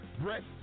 Brett